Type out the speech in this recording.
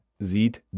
sieht